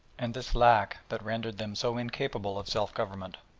and this lack that rendered them so incapable of self-government.